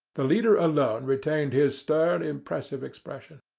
the leader alone retained his stern, impressive expression.